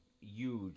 Huge